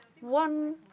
one